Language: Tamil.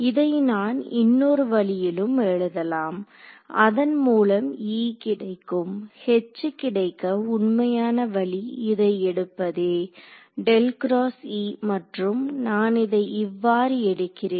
இதை நான் இன்னொரு வழியிலும் எழுதலாம் அதன் மூலம் E கிடைக்கும் H கிடைக்க உண்மையான வழி இதை எடுப்பதே மற்றும் நான் இதை இவ்வாறு எடுக்கிறேன்